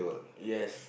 yes